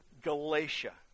Galatia